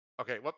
Okay